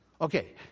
Okay